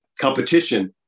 competition